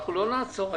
אנחנו לא נעצור היום.